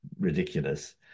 ridiculous